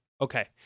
Okay